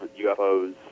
UFOs